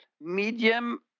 medium